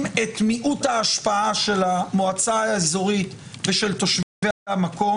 את מיעוט ההשפעה של המועצה האזורית ושל תושבי המקום.